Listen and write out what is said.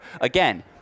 again